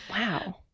Wow